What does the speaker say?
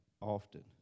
often